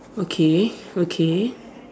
okay okay